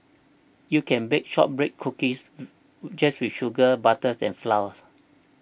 you can bake Shortbread Cookies just with sugar butter and flour